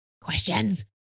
questions